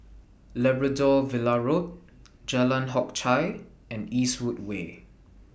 Labrador Villa Road Jalan Hock Chye and Eastwood Way